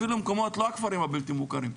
אפילו מקומות לא הכפרים הבלתי מוכרים,